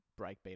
Breakbeat